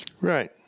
Right